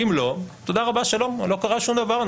אם לא תודה רבה שלום לא קרה שום דבר,